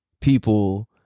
people